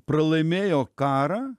pralaimėjo karą